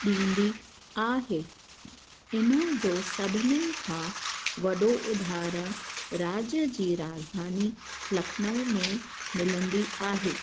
ॾींदी आहे इन जो सभिनीनि खां वॾो उदाहरणु राज्य जी राजधानी लखनऊ में मिलंदी आहे